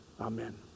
amen